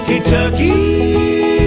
Kentucky